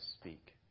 speak